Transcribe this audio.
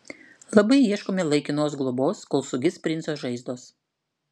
labai ieškome laikinos globos kol sugis princo žaizdos